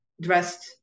dressed